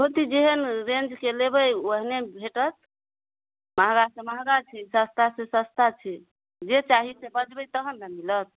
धोती जेहन रेंजके लेबय ओहने भेटत महँगासँ महँगा छै सस्ता सँ सस्ता छै जे चाही से बजबय तहन ने मिलत